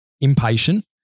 impatient